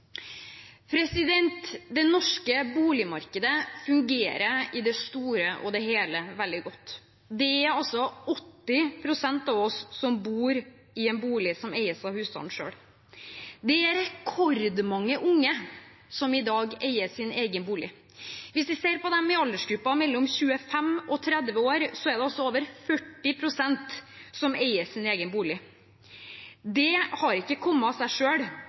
Det norske boligmarkedet fungerer i det store og hele veldig godt. Det er 80 pst. av oss som bor i en bolig som eies av husstanden selv. Det er rekordmange unge som i dag eier sin egen bolig. Hvis vi ser på dem i aldersgruppen 25–30 år, er det over 40 pst. som eier sin egen bolig. Det har ikke kommet av seg